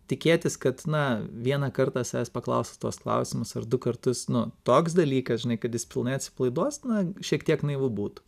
tikėtis kad na vieną kartą savęs paklausi tuos klausimus ar du kartus nu toks dalykas žinai kad jis pilnai atsipalaiduos na šiek tiek naivu būtų